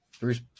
Bruce